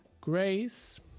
grace